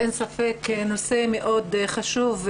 אין ספק, נושא מאוד חשוב.